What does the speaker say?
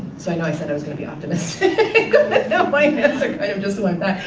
so i know i said i was gonna be optimistic but now my answer kind of just went back.